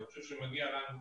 אני חושב שמגיע לנו,